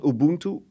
Ubuntu